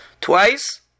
Twice